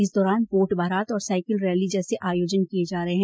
इस दौरान वोट बारात और साइकिल रैली जैसे आयोजन किये जा रहे हैं